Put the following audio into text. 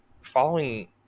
following